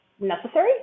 necessary